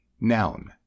Noun